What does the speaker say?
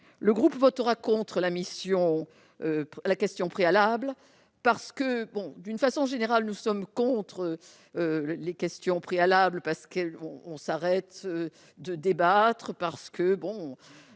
le groupe votera contre la mission, la question préalable parce que bon, d'une façon générale, nous sommes contre les questions préalables parce qu'on s'arrête de débattre, parce que bon